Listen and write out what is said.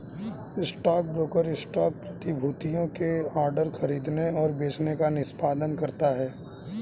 stockbroker stock प्रतिभूतियों के लिए ऑर्डर खरीदने और बेचने का निष्पादन करता है